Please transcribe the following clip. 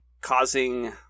causing